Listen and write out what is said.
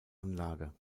anlage